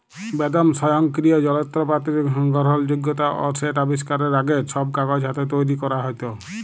বেদম স্বয়ংকিরিয় জলত্রপাতির গরহলযগ্যতা অ সেট আবিষ্কারের আগে, ছব কাগজ হাতে তৈরি ক্যরা হ্যত